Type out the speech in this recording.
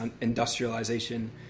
industrialization